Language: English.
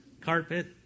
Carpet